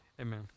Amen